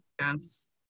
Yes